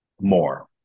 more